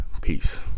peace